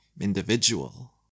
individual